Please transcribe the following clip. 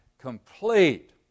Complete